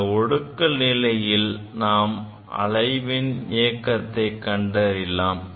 இந்த ஒடுக்கல் நிலையின் நாம் அலைவின் இயக்கத்தை கண்டறியலாம்